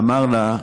ואמר לה: